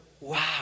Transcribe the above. wow